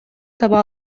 таба